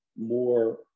more